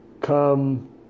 come